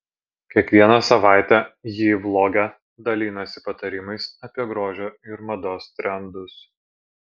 kiekvieną savaitę ji vloge dalinasi patarimais apie grožio ir mados trendus